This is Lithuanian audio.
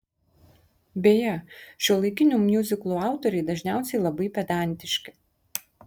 beje šiuolaikinių miuziklų autoriai dažniausiai labai pedantiški